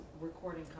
recording